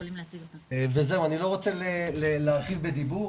אני לא רוצה להרחיב בדיבור,